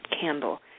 candle